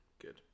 good